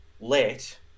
let